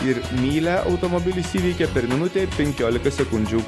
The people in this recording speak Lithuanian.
ir mylią automobilis įveikė per minutę penkiolika sekundžių